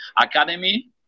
Academy